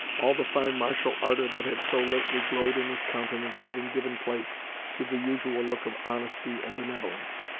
all the fine martial ardor that had so lately glowed in his countenance having given place to the usual look of honesty and benevolence,